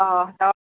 ꯑꯥ